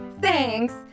thanks